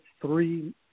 three –